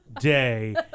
day